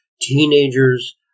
teenagers